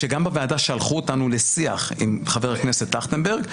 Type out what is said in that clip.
שגם בוועדה שלחו אותנו לשיח עם חבר הכנסת טרכטנברג,